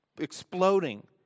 exploding